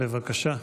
בבקשה.